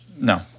No